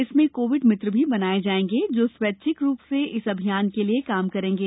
इसमें कोविड मित्र भी बनाये जायेंगे जो स्वैच्छिक रूप से इस अभियान के लिए काम करेंगे